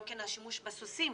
גם כן השימוש בסוסים.